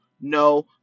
No